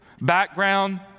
background